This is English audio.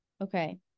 Okay